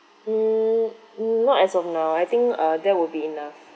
mm not as of now I think err that would be enough